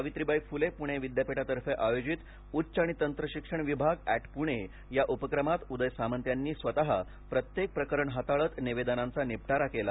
सावित्रीबाई फुले पूणे विद्यापीठातर्फे आयोजित उच्च आणि तंत्रशिक्षण मंत्रालय पूणे या उपक्रमात उदय सामंत यांनी स्वतः प्रत्येक प्रकरण हाताळत निवेदनांचा निपटारा केला